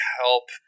help